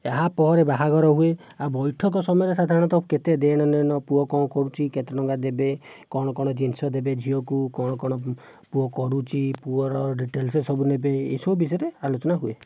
ଏହାପରେ ବାହାଘର ହୁଏ ଆଉ ବୈଠକ ସମୟରେ ସାଧାରଣତଃ କେତେ ଦେଣ ନେଣ ପୁଅ କ'ଣ କରୁଛି କେତେ ଟଙ୍କା ଦେବେ କ'ଣ କ'ଣ ଜିନିଷ ଦେବେ ଝିଅକୁ କ'ଣ କ'ଣ ପୁଅ କରୁଛି ପୁଅର ଡିଟେଲସ ସବୁ ନେବେ ଏଇସବୁ ବିଷୟରେ ଆଲୋଚନା ହୁଏ